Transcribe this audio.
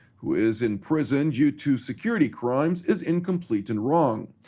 who is in prison due to security crimes, is incomplete and wrong.